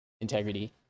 integrity